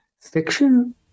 Fiction